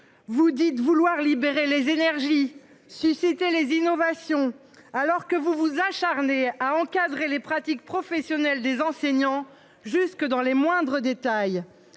Vous dites vouloir libérer les énergies. Si c'était les innovations alors que vous vous acharnez à encadrer les pratiques professionnelles des enseignants jusque dans les moindres détails,